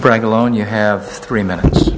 bragg alone you have three minutes